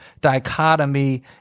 dichotomy